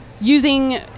Using